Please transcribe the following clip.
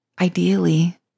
ideally